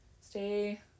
Stay